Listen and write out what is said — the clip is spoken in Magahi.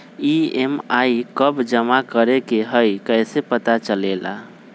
ई.एम.आई कव जमा करेके हई कैसे पता चलेला?